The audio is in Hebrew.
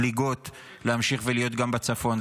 זליגות להמשיך ולהיות גם בצפון.